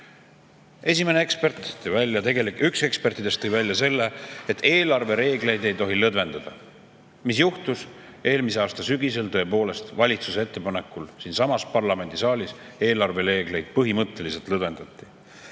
suunal isegi oodanud. Üks ekspertidest tõi välja, et eelarvereegleid ei tohi lõdvendada. Mis juhtus eelmise aasta sügisel? Tõepoolest, valitsuse ettepanekul siinsamas parlamendisaalis eelarvereegleid põhimõtteliselt lõdvendati.